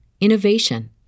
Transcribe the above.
innovation